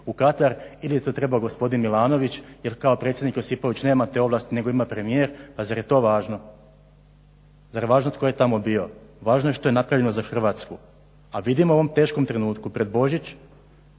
u Katar ili je to trebao gospodin Milanović, jer kao predsjednik Josipović nema te ovlasti nego ima premijer. Pa zar je to važno? Zar je važno tko je tamo bio? Važno je što je napravljeno za Hrvatsku. A vidimo u ovom teškom trenutku pred Božić